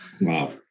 Wow